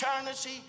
eternity